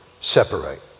separate